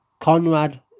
Conrad